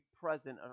present